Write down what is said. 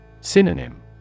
Synonym